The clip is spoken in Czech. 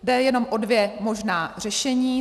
Jde jenom o dvě možná řešení.